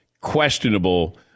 questionable